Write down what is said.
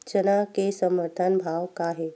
चना के समर्थन भाव का हे?